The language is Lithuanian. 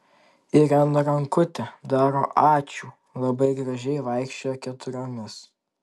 irena rankute daro ačiū labai gražiai vaikščioja keturiomis